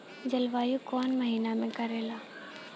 जलवायु कौन महीना में करेला?